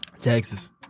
Texas